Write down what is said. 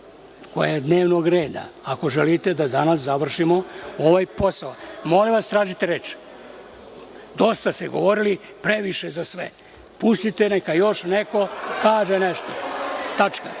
koja je na dnevnom redu, ako želite da danas završimo ovaj posao. Molim vas, tražite reč. Dosta ste govorili, previše za sve. Pustite neka još neko kaže još nešto. Prema